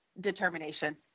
determination